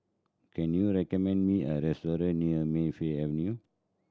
can you recommend me a restaurant near Mayfield Avenue